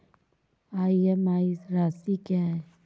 EMI राशि क्या है?